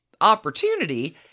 opportunity